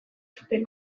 zuten